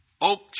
oak